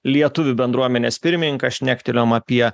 lietuvių bendruomenės pirmininkas šnektelėjom apie